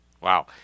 Wow